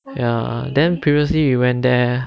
ya then previously we went there